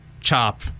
Chop